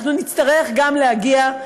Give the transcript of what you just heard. נצטרך גם להגיע,